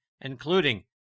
including